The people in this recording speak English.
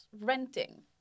renting